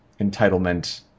entitlement